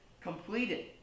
completed